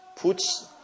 Puts